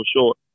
short